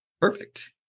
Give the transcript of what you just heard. Perfect